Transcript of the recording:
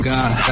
God